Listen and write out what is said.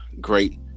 great